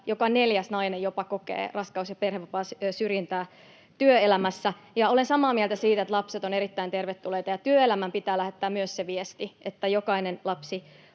joka neljäs nainen kokee raskaus- ja perhevapaasyrjintää työelämässä. Olen samaa mieltä siitä, että lapset ovat erittäin tervetulleita, ja työelämän pitää lähettää myös se viesti, että jokainen lapsi